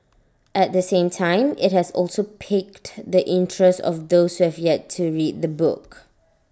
at the same time IT has also piqued the interest of those who have yet to read the book